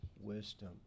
wisdom